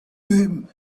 him